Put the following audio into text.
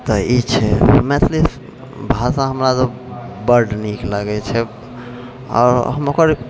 तऽ ई छै मैथिली भाषा हमरासब बड नीक लागैत छै आओर हम ओकर